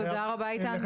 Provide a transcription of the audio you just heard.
תודה רבה, איתן.